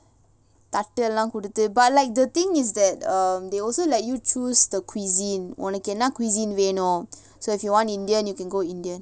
தட்டு எல்லாம் குடுத்து:thattu ellaam kuduthu but like the thing is that um they also let you choose the cuisine ஒனக்கு என்னா:onaku ennaa cuisine வேணும்:venum so if you want indian you can choose indian